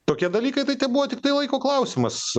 tokie dalykai tai tebuvo tiktai laiko klausimas